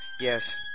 Yes